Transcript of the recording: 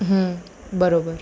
બરાબર